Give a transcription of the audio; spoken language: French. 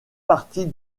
partie